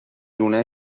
لونه